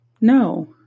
No